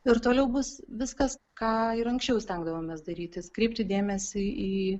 ir toliau bus viskas ką ir anksčiau stengdavomės darytis kreipti dėmesį į